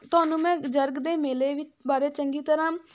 ਤੁਹਾਨੂੰ ਮੈਂ ਜਰਗ ਦੇ ਮੇਲੇ ਵਿੱਚ ਬਾਰੇ ਚੰਗੀ ਤਰ੍ਹਾਂ